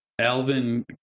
Alvin